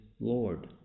Lord